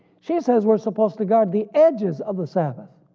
she says we're supposed to guard the edges of the sabbath,